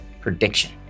prediction